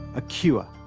a cure,